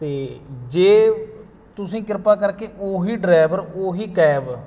ਅਤੇ ਜੇ ਤੁਸੀਂ ਕਿਰਪਾ ਕਰਕੇ ਉਹੀ ਡਰਾਈਵਰ ਉਹੀ ਕੈਬ